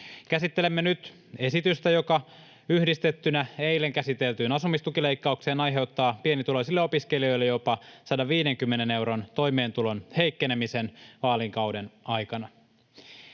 käsittelemme nyt esitystä, joka yhdistettynä eilen käsiteltyyn asumistukileikkaukseen aiheuttaa pienituloisille opiskelijoille jopa 150 euron toimeentulon heikkenemisen vaalikauden aikana.